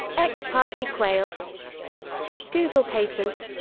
ex parte quayle google patents